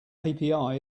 api